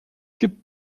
gibt